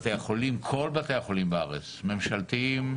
גם כל בתי החולים בארץ - ממשלתיים,